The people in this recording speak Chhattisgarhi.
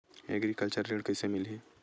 एग्रीकल्चर ऋण कइसे मिलही?